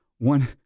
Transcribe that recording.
One